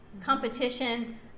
competition